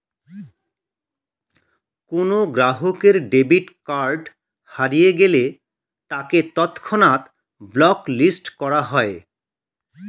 কোনো গ্রাহকের debit card হারিয়ে গেলে তাকে তৎক্ষণাৎ ব্লক লিস্ট করা হয়